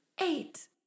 Eight